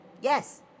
yes